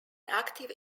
active